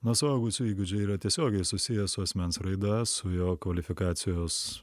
na suaugusių įgūdžiai yra tiesiogiai susiję su asmens raida su jo kvalifikacijos